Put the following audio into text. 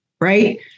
right